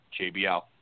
JBL